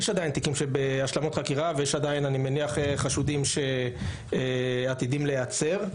יש עדיין תיקים שנמצאים בהשלמות חקירה ויש עדיין חשודים שעתידים להיעצר.